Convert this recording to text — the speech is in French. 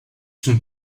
sont